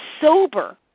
sober